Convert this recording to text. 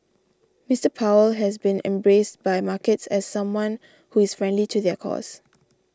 Mister Powell has been embraced by markets as someone who is friendly to their cause